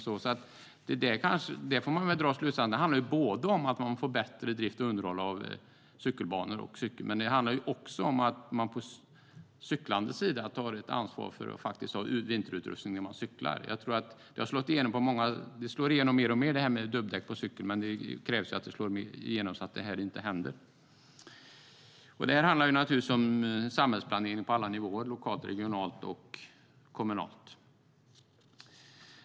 Man får dra slutsatsen att det handlar om att få till bättre drift och underhåll av cykelbanor men också om att cyklisterna måste ta ansvar för att ha vinterutrustning när de cyklar. Det slår igenom mer och mer, det här med dubbdäck på cykel. Men det krävs att det slår igenom så att olyckor inte händer. Det handlar naturligtvis om samhällsplanering på alla nivåer - lokalt, regionalt och kommunalt.